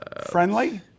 friendly